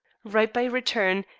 write by return,